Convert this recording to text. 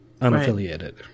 unaffiliated